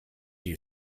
you